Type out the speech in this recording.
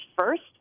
first